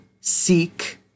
Seek